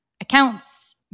accounts